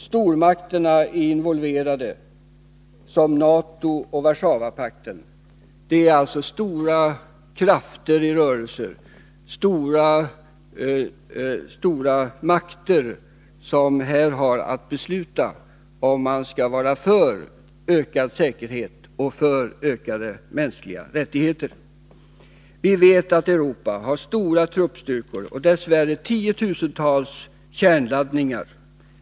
Stormakterna — NATO och Warszawapakten — är involverade. Det är alltså stora krafter i rörelse och stora makter som här har att besluta om de skall vara för ökad säkerhet och för ökade mänskliga rättigheter. Vi vet att Europa har stora truppstyrkor och dess värre tiotusentals kärnladdningar.